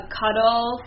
cuddle